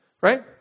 Right